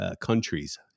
countries